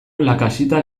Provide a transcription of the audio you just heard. lakaxita